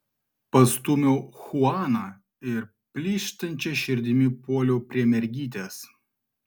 pastūmiau chuaną ir plyštančia širdimi puoliau prie mergytės